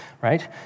right